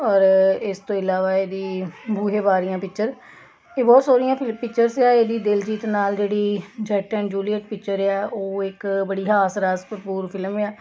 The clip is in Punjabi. ਔਰ ਇਸ ਤੋਂ ਇਲਾਵਾ ਇਹਦੀ ਬੂਹੇ ਬਾਰੀਆਂ ਪਿਚਰ ਇਹ ਬਹੁਤ ਸੋਹਣੀਆਂ ਫਿ ਪਿਚਰਸ ਆ ਇਹਦੀ ਦਿਲਜੀਤ ਨਾਲ ਜਿਹੜੀ ਜੱਟ ਐਂਡ ਜੂਲੀਅਟ ਪਿਚਰ ਆ ਉਹ ਇੱਕ ਬੜੀ ਹਾਸਰਸ ਭਰਪੂਰ ਫਿਲਮ ਆ